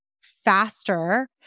faster